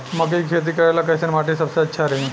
मकई के खेती करेला कैसन माटी सबसे अच्छा रही?